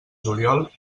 juliol